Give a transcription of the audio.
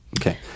Okay